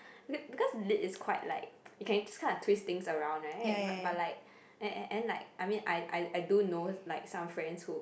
because lit it's quite like you can use this kind of twist things around [right] but like and and and like I mean I I I don't know like some friends who